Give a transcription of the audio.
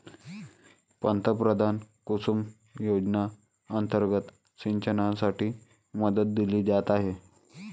पंतप्रधान कुसुम योजना अंतर्गत सिंचनासाठी मदत दिली जात आहे